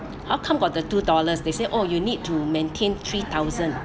how come got the two dollars they say oh you need to maintain three thousand